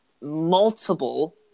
multiple